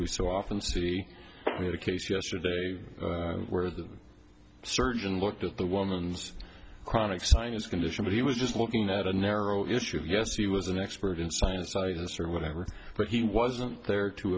we so often see the case yesterday where the surgeon looked at the woman's chronic sinus condition but he was just looking at a narrow issue yes he was an expert in sinusitis or whatever but he wasn't there to